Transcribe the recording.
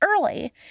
early